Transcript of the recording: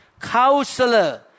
counselor